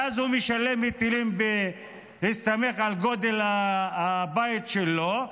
ואז הוא משלם היטלים בהסתמך על גודל הבית שלו,